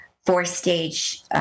four-stage